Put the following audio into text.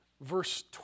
Verse